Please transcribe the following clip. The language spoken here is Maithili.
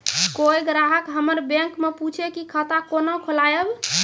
कोय ग्राहक हमर बैक मैं पुछे की खाता कोना खोलायब?